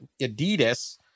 Adidas